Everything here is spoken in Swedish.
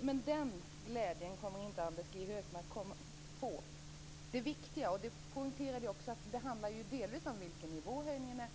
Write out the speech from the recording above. Men den glädjen kommer Anders G Högmark inte att få. Det viktiga, vilket jag också poängterade, är att det delvis handlar om vilken nivå som det skall vara på höjningen.